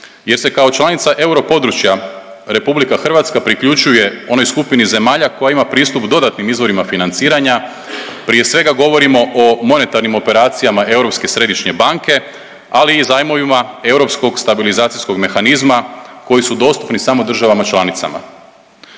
jer se kao članica europodručja RH priključuje onoj skupini zemalja koja ima pristup dodatnim izvorima financiranja, prije svega, govorimo o monetarnim operacijama Europske središnje banke, ali i zajmovima Europskog stabilizacijskog mehanizma koji su dostupni samo državama članicama.